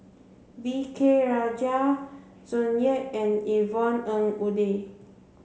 V K Rajah Tsung Yeh and Yvonne Ng Uhde